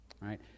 right